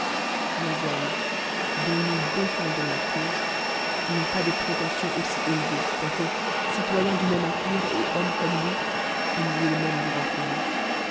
les hommes dont nous défendons la caufe n u pas des prétentions auffi élevées quoique citoyens du même empire et omm comme nous ifs ayent les mêmes droits que nous